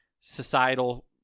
societal